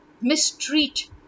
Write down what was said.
mistreat